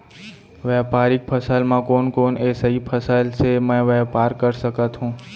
व्यापारिक फसल म कोन कोन एसई फसल से मैं व्यापार कर सकत हो?